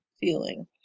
feeling